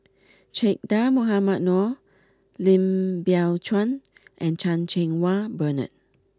Che Dah Mohamed Noor Lim Biow Chuan and Chan Cheng Wah Bernard